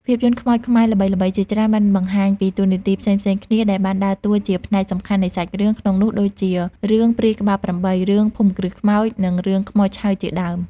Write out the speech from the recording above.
ភាពយន្តខ្មោចខ្មែរល្បីៗជាច្រើនបានបង្ហាញពីតួនាទីផ្សេងៗគ្នា ដែលបានដើរតួជាផ្នែកសំខាន់នៃសាច់រឿង ក្នុងនោះដូចជា រឿងព្រាយក្បាល៨ រឿងភូមិគ្រឹះខ្មោច និងរឿងខ្មោចឆៅជាដើម។